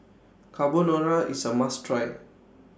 Carbonara IS A must Try